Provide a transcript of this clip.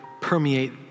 permeate